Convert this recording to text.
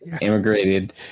immigrated